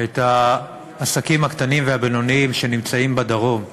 את העסקים הקטנים והבינוניים בדרום.